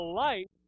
light